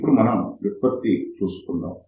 ఇప్పుడు మనం డెరివేషన్ చూద్దాము